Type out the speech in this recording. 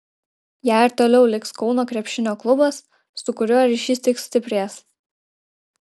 ja ir toliau liks kauno krepšinio klubas su kuriuo ryšys tik stiprės